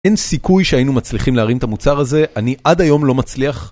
אין סיכוי שהיינו מצליחים להרים את המוצר הזה, אני עד היום לא מצליח..